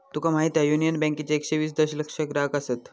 तुका माहीत हा, युनियन बँकेचे एकशे वीस दशलक्ष ग्राहक आसत